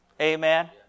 Amen